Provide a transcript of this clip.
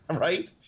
Right